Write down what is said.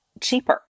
cheaper